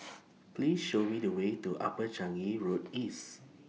Please Show Me The Way to Upper Changi Road East